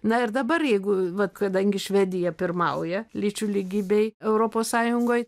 na ir dabar jeigu vat kadangi švedija pirmauja lyčių lygybėj europos sąjungoj